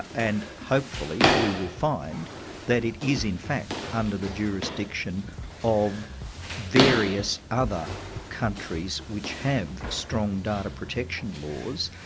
and hopefully we will find that it is in fact under the jurisdiction of various other countries which have strong data protection laws,